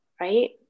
right